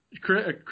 Chris